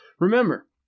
Remember